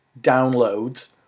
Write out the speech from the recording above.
downloads